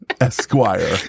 Esquire